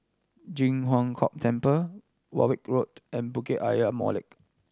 Ji Huang Kok Temple Warwick Road and Bukit Ayer Molek